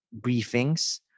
briefings